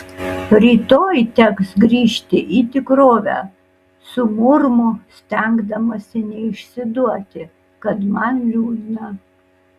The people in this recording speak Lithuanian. rytoj teks grįžti į tikrovę sumurmu stengdamasi neišsiduoti kad man liūdna